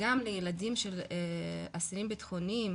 וגם לילדים של אסירים ביטחוניים